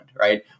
right